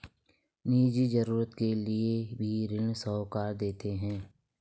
निजी जरूरत के लिए भी ऋण साहूकार देते हैं